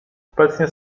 obecnie